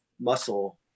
muscle